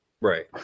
right